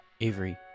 Avery